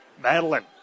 Madeline